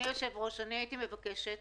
הייתי מבקשת